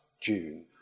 June